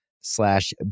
slash